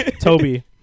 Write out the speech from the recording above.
Toby